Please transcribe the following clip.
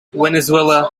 venezuela